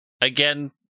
again